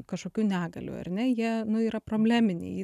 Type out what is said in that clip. kažkokių negalių ar ne jie nu yra probleminiai